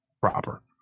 proper